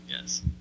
Yes